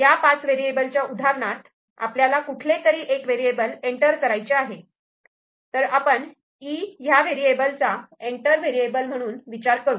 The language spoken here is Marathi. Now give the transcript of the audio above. या 5 वेरिएबल च्या उदाहरणात आपल्याला कुठलेतरी एक वेरिएबल एंटर करायचे आहे तर आपण 'E' ह्या वेरिएबलचा एंटर वेरिएबल म्हणून विचार करू